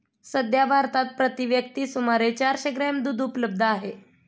सध्या भारतात प्रति व्यक्ती सुमारे चारशे ग्रॅम दूध उपलब्ध आहे